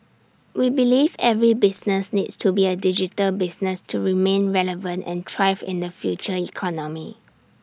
we believe every business needs to be A digital business to remain relevant and thrive in the future economy